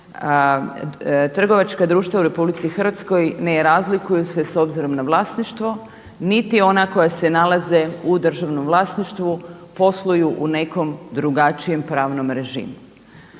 trgovačka društva u Republici Hrvatskoj ne razlikuju se s obzirom na vlasništvo niti ona koja se nalaze u državnom vlasništvu posluju u nekom drugačijem pravnom režimu.